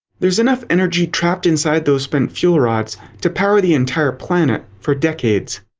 there's enough energy trapped inside those spent fuel rods to power the entire planet for decades.